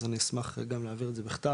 אז אני אשמח להעביר את זה בכתב,